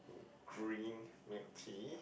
g~ green milk tea